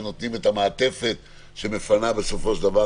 שנותנים את המעטפת שמפנה בסופו של דבר